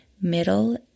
middle